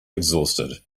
exhausted